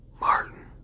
Martin